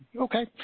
Okay